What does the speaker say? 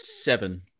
Seven